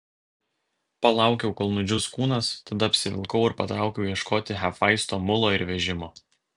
palaukiau kol nudžius kūnas tada apsivilkau ir patraukiau ieškoti hefaisto mulo ir vežimo